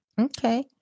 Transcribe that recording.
Okay